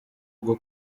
bwo